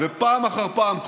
ופעם אחר פעם,